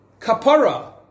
kapara